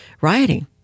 rioting